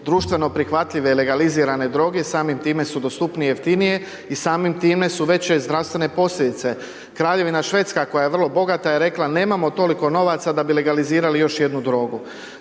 društveno prihvatljive, legalizirane droge i samim time su dostupnije i jeftinije i samim time su veće zdravstvene posljedice. Kraljevina Švedska koja je vrlo bogata je rekla, nemamo toliko novaca da bi legalizirali još jednu drogu.